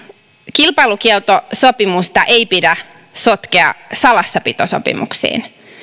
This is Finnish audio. kilpailukieltosopimusta ei pidä sotkea salassapitosopimuksiin minä